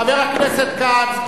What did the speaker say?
חבר הכנסת כץ,